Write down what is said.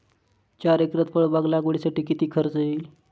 चार एकरात फळबाग लागवडीसाठी किती खर्च येईल?